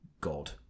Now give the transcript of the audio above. God